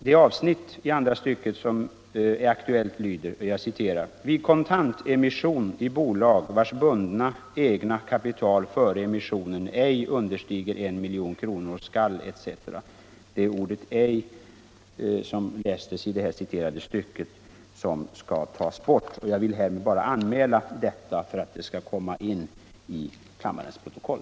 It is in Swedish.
I den mening som börjar ”Vid kontantemission i bolag vars bundna egna kapital före emissionen ej understiger en miljon kronor” skall ”ej” tas bort. Jag vill härmed anmäla detta för att det skall komma in i kammarens protokoll.